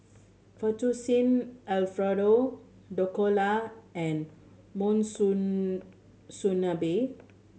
Fettuccine Alfredo Dhokla and